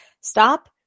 stop